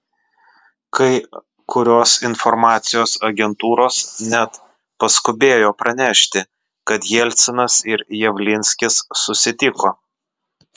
kai kurios informacijos agentūros net paskubėjo pranešti kad jelcinas ir javlinskis susitiko